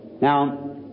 Now